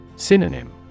Synonym